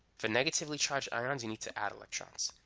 for negatively charged ions, you need to add electrons.